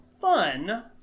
fun